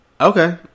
Okay